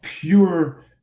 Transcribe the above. pure